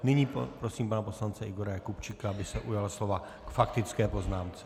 Nyní prosím pana poslance Igora Jakubčíka, aby se ujal slova k faktické poznámce.